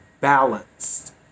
balanced